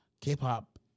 K-pop